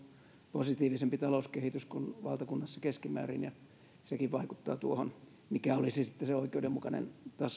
positiivisempi talouskehitys kuin valtakunnassa keskimäärin ja sekin vaikuttaa tuohon mikä olisi sitten se oikeudenmukainen